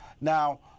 Now